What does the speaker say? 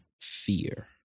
fear